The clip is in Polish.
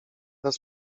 raz